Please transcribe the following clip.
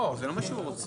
לא, זה לא מה שהוא רוצה.